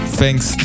thanks